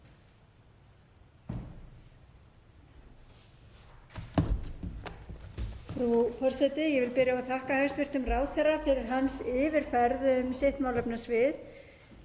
Frú forseti. Ég vil byrja á að þakka hæstv. ráðherra fyrir hans yfirferð yfir sitt málefnasvið.